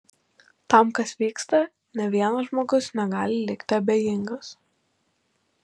tam kas vyksta nė vienas žmogus negali likti abejingas